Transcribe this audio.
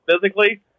physically